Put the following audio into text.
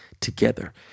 together